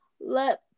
let